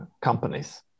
companies